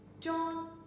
John